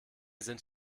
sind